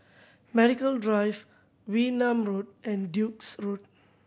Medical Drive Wee Nam Road and Duke's Road